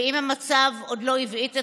ואם המצב עוד לא הבעית אתכם,